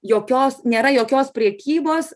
jokios nėra jokios prekybos